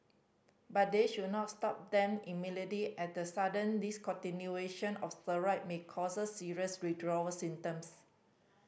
but they should not stop them immediately as the sudden discontinuation of steroid may cause serious withdrawal symptoms